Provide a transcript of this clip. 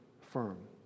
firm